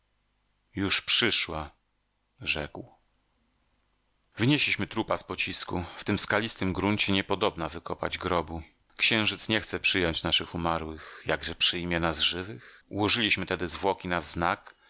już przyszła rzekł wynieśliśmy trupa z pocisku w tym skalistym gruncie niepodobna wykopać grobu księżyc nie chce przyjąć naszych umarłych jakże przyjmie nas żywych ułożyliśmy tedy zwłoki na wznak